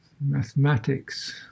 mathematics